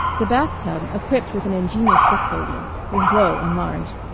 the bathtub, equipped with an ingenious bookholder, was low and large.